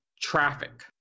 traffic